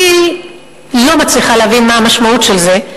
אני לא מצליחה להבין מה המשמעות של זה.